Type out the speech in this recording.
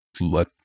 let